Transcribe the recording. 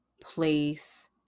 place